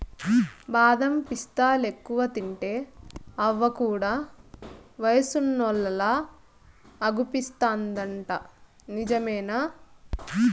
బాదం పిస్తాలెక్కువ తింటే అవ్వ కూడా వయసున్నోల్లలా అగుపిస్తాదంట నిజమేనా